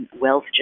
wealth